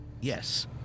Yes